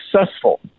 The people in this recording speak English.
successful